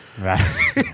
Right